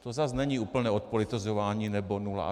To zase není úplné odpolitizování nebo nula.